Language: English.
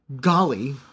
golly